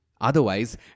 Otherwise